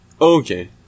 Okay